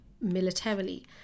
militarily